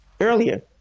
earlier